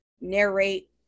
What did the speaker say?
narrate